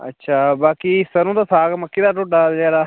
अच्छा बाकी स'रेआं दा साग मक्की दा ढोड्डा बगैरा